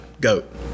Goat